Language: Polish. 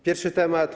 Pierwszy temat.